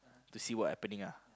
to see what happening ah